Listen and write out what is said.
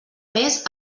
més